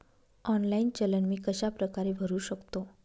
Online चलन मी कशाप्रकारे भरु शकतो?